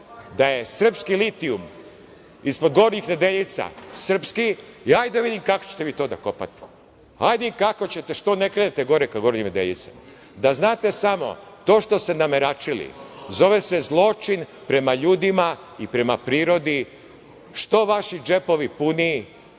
da je srpski litijum ispod Gornjih Nedeljica srpski i hajde da vidim kako ćete vi to da kopate. Hajde da vidim kako ćete? Što ne krenete gore ka Gornjim Nedeljicama? Da znate samo, to što ste nameračili zove se zločin prema ljudima i prema prirodi, što vaši džepovi puniji,